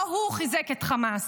לא הוא חיזק את חמאס.